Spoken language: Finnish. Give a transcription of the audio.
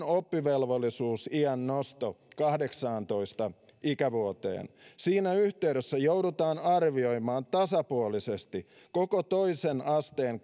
oppivelvollisuusiän nosto kahdeksaantoista ikävuoteen siinä yhteydessä joudutaan arvioimaan tasapuolisesti koko toisen asteen